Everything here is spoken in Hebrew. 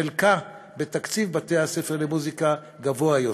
חלקה בתקציב בתי-הספר למוזיקה גבוה יותר,